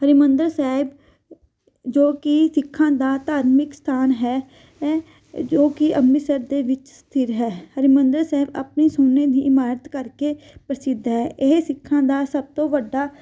ਹਰਿਮੰਦਰ ਸਾਹਿਬ ਜੋ ਕਿ ਸਿੱਖਾਂ ਦਾ ਧਾਰਮਿਕ ਸਥਾਨ ਹੈ ਈ ਜੋ ਕਿ ਅੰਮ੍ਰਿਤਸਰ ਦੇ ਵਿੱਚ ਸਥਿਤ ਹੈ ਹਰਿਮੰਦਰ ਸਾਹਿਬ ਆਪਣੀ ਸੋਨੇ ਦੀ ਇਮਾਰਤ ਕਰਕੇ ਪ੍ਰਸਿੱਧ ਹੈ ਇਹ ਸਿੱਖਾਂ ਦਾ ਸਭ ਤੋਂ ਵੱਡਾ